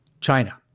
China